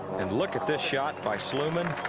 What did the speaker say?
and look at this. shot by sluman